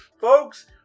Folks